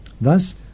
Thus